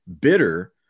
bitter